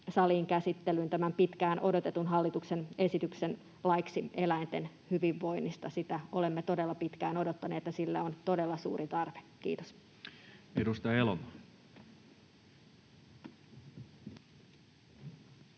saliin käsittelyyn tämän pitkään odotetun hallituksen esityksen laiksi eläinten hyvinvoinnista. Sitä olemme todella pitkään odottaneet, ja sille on todella suuri tarve. — Kiitos.